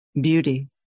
beauty